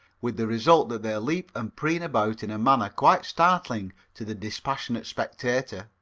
with the result that they leap and preen about in a manner quite startling to the dispassionate spectator.